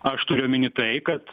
aš turiu omeny tai kad